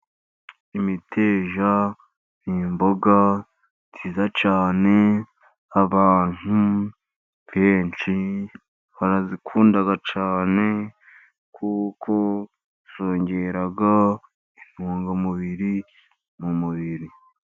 Imiteja ni imboga nziza cyane. Abantu benshi barazikunda cyane kuko zongera intungamubiri mu mubiri.